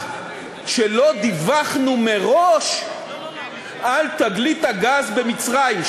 שלא דיווחנו מראש על תגלית הגז במצרים,